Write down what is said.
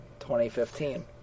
2015